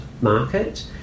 market